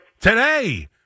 Today